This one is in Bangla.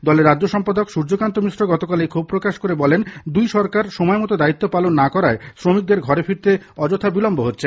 দলের রাজ্য সম্পাদক সূর্যকান্ত মিশ্র গতকাল এই ক্ষোভ প্রকাশ করে বলেন দুই সরকার সময় মত দায়িত্ব পালন না করায় শ্রমিকদের ঘরে ফিরতে অযথা বিলম্ব হচ্ছে